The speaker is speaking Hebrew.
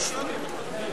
התש"ע 2010, נתקבלה.